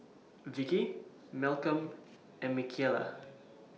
Vicki Malcom and Michaela